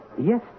Yes